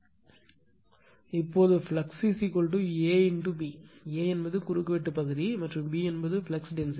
இப்போது flux A B A என்பது குறுக்கு வெட்டு பகுதி மற்றும் B என்பது ஃப்ளக்ஸ் டென்சிட்டி